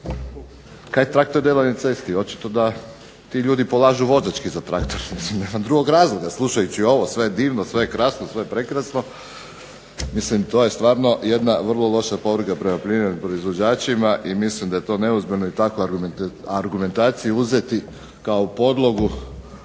kaj traktori delaju na cesti? Očito da ti ljudi polažu vozački za traktor. Mislim nema drugog razloga slušajući ovo sve je divno, sve je krasno, sve je prekrasno. Mislim to je stvarno jedna vrlo loša poruka prema poljoprivrednim proizvođačima i mislim da je to neozbiljno i takvu argumentaciju uzeti kao podlogu